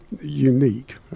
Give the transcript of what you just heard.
unique